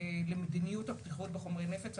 למדיניות הבטיחות בחומרי נפץ,